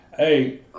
Hey